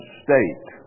state